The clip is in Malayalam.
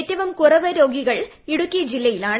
ഏറ്റവും കുറവ് രോഗികൾ ഇടുക്കി ജില്ലയിലാണ്